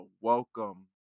welcome